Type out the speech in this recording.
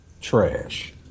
Trash